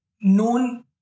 known